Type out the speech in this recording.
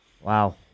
Wow